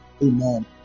Amen